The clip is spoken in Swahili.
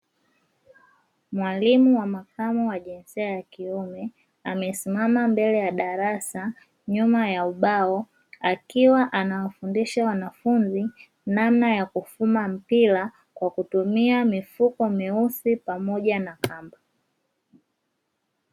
Mwalimu wa makamu wa jinsia ya kiume amesimama mbele ya darasa nyuma ya ubao akiwa anawafundisha wanafunzi namna ya kufuma mpira kwa kutumia mifuko meusi pamoja na kamba.